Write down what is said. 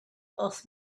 earth